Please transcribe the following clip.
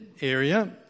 area